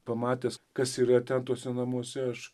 pamatęs kas yra ten tuose namuose aš